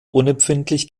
unempfindlich